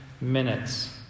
minutes